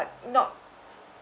not